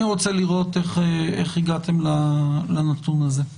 אני רוצה לראות איך הגעתם לנתון הזה.